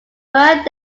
burned